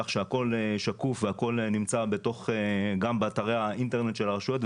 כך שהכול שקוף והכול נמצא גם באתרי האינטרנט של הרשויות,